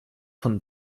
von